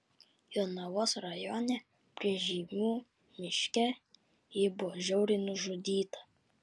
jonavos rajone prie žeimių miške ji buvo žiauriai nužudyta